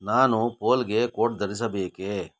ನಾನು ಪೋಲ್ಗೆ ಕೋಟ್ ಧರಿಸಬೇಕೆ